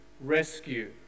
rescue